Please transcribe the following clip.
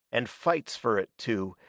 and fights fur it to,